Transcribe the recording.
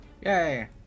Yay